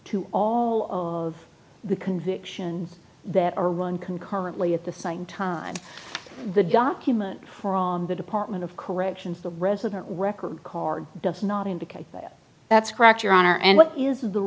to all of the convictions that are run concurrently at the same time the documents from the department of corrections the resident record card does not indicate that's correct your honor and what is the